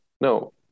no